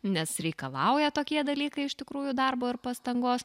nes reikalauja tokie dalykai iš tikrųjų darbo ir pastangos